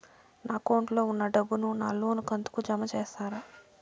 నా అకౌంట్ లో ఉన్న డబ్బును నా లోను కంతు కు జామ చేస్తారా?